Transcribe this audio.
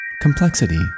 complexity